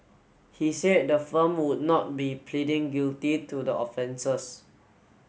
he said the firm would not be pleading guilty to the offences